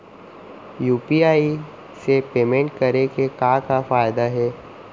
UPI से payment करे के का का फायदा हे?